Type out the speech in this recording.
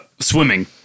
swimming